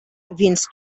więc